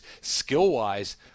skill-wise